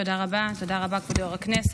תודה רבה, כבוד יושב-ראש הכנסת.